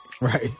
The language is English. Right